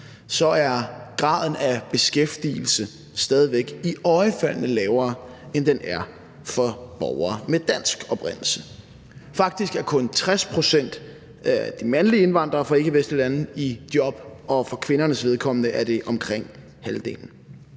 så er graden af beskæftigelse stadig væk iøjnefaldende meget lavere, end den er for borgere med dansk oprindelse. Faktisk er kun 60 pct. af de mandlige indvandrere fra ikkevestlige lande i job, og for kvindernes vedkommende er det omkring halvdelen.